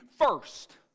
first